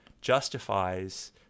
justifies